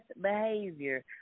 behavior